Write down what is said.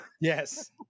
Yes